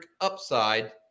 upside